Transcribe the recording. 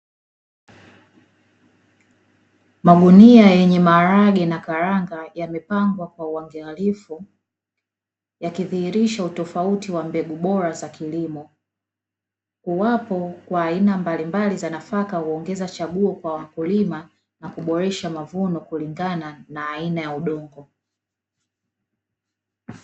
Magunia yenye maharage na karanga yamepangwa kwa uangalifu yakidhihirisha utofauti wa mbegu bora za kilimo, uwepo wa aina mbalimbali za nafaka huongeza chaguo kwa wakulima; na kuboresha mavuno kulingana na aina ya udongo.